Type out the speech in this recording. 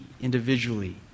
individually